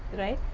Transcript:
right.